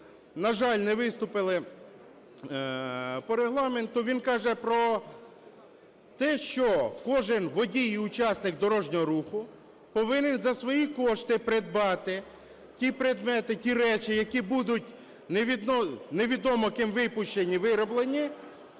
на жаль, не виступили по Регламенту, - він каже про те, що кожен водій і учасник дорожнього руху повинен за свої кошти придбати ті предмети, ті речі, які будуть невідомо ким випущені, вироблені